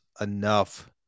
enough